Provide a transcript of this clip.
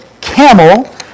camel